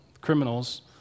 criminals